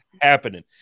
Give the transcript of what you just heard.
happening